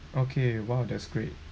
okay !wah! that's great